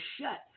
shut